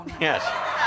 Yes